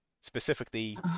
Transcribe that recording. Specifically